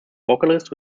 vocalist